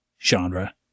Genre